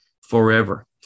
forever